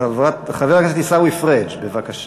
חבר הכנסת עיסאווי פריג', בבקשה.